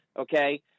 okay